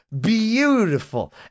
beautiful